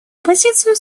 позицию